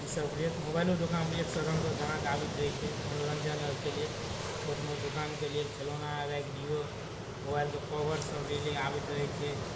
ई सबके लेल मोबाइलो दोकानपर एकसँ एक रङ्गके गाहक आबैत रहै छै मनोरञ्जन आओरके लेल छोट मोट दोकानके लेल खेलौना आओर राखि दिऔ मोबाइलके कवरसब लै लेल आबैत रहै छै